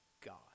God